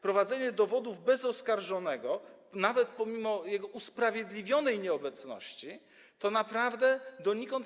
Prowadzenie dowodów bez oskarżonego, nawet pomimo jego usprawiedliwionej nieobecności, to naprawdę droga donikąd.